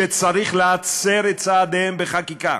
שצריך להצר את צעדיהן בחקיקה.